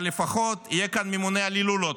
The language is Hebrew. אבל לפחות יהיה כאן ממונה על הילולות.